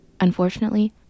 Unfortunately